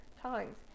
times